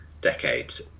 decades